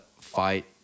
fight